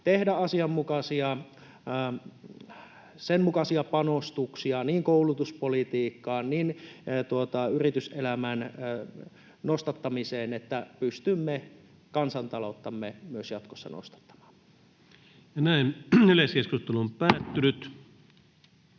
tehdä asianmukaisia panostuksia niin koulutuspolitiikkaan kuin yrityselämän nostattamiseen, että pystymme kansantalouttamme myös jatkossa nostattamaan. Esitellään